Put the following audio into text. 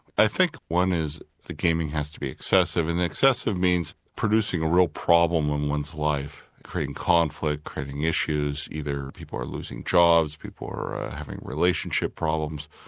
i think one is the gaming has to be excessive, and excessive means producing a real problem in one's life, creating conflict, creating issues, either people are losing jobs, people are having relationship problems,